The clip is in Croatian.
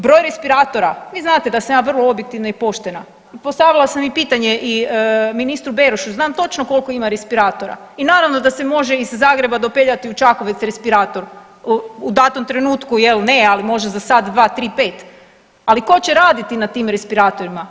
Broj respiratora, vi znate da sam ja vrlo objektivna i poštena, postavila sam i pitanje i ministru Berošu i znam točno koliko ima respiratora i naravno da se može iz Zagreba dopeljati u Čakovec respirator u datom trenutku jel ne, ali može za sat, dva, tri, pet, ali tko će raditi na tim respiratorima.